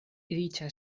riĉa